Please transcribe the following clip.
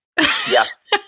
Yes